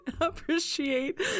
appreciate